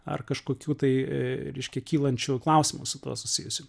ar kažkokių tai reiškia kylančių klausimų su tuo susijusių